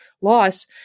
loss